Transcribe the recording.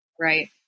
Right